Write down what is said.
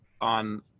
on